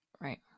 Right